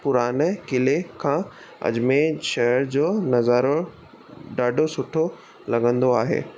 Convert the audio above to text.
पुराने किले खां अजमेर शहर जो नज़ारो ॾाढो सुठो लॻंदो आहे